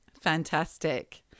Fantastic